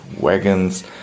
Wagons